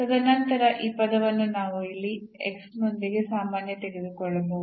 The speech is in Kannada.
ತದನಂತರ ಈ ಪದವನ್ನು ನಾವು ಇಲ್ಲಿ ಈ x ನೊಂದಿಗೆ ಸಾಮಾನ್ಯ ತೆಗೆದುಕೊಳ್ಳಬಹುದು